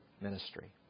ministry